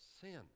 sin